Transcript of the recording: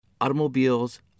automobiles